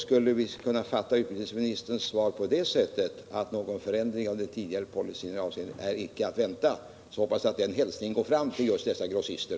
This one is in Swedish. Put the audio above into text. Skulle vi fatta utbildningsministerns svar på det sättet att någon förändring i den tidigare policyn icke är att vänta, hoppas jag att den hälsningen går fram till just dessa grossister.